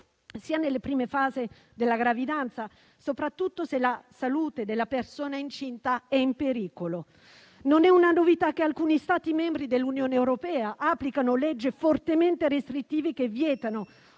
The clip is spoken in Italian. nelle prime fasi della gravidanza, soprattutto se la salute della persona incinta è in pericolo. Non è una novità che alcuni Stati membri dell'Unione europea applicano leggi fortemente restrittive, che vietano